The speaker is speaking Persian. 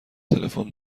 تلفن